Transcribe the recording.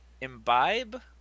imbibe